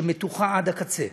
שמתוחה עד הקצה,